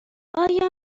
آیا